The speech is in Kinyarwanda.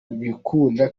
bikunda